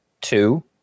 Two